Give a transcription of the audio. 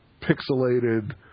pixelated